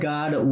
God